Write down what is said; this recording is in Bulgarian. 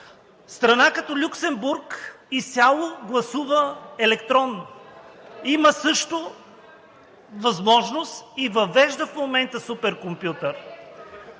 Страна като Люксембург изцяло гласува електронно, има също възможност и въвежда в момента суперкомпютъра.